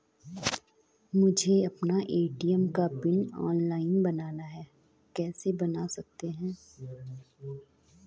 मुझे अपना ए.टी.एम का पिन ऑनलाइन बनाना है कैसे बन सकता है?